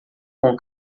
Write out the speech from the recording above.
com